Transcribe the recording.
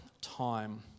time